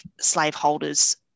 slaveholders